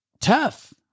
tough